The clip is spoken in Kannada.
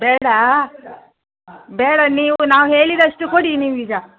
ಬೇಡ ಬೇಡ ನೀವು ನಾವು ಹೇಳಿದ್ದಷ್ಟು ಕೊಡಿ ನೀವು ಈಗ